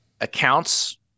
accounts